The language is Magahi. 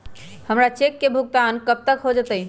हमर चेक के भुगतान कब तक हो जतई